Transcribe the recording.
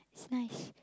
it's nice